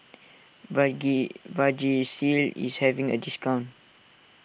Vagisil is having a discount